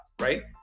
right